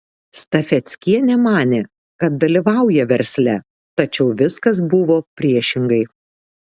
stafeckienė manė kad dalyvauja versle tačiau viskas buvo priešingai